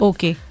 Okay